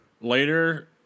Later